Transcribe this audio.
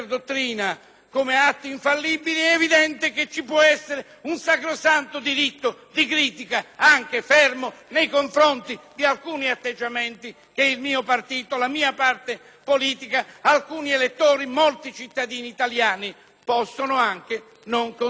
come atti infallibili), è evidente che ci può essere un sacrosanto diritto di critica, anche fermo, nei confronti di alcuni atteggiamenti che il mio partito, la mia parte politica, alcuni elettori, molti cittadini italiani possono anche non condividere.